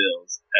Bills